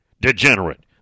degenerate